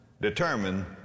determine